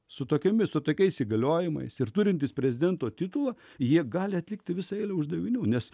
su tokiomis su tokiais įgaliojimais ir turintys prezidento titulą jie gali atlikti visą eilę uždavinių nes